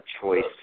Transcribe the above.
choice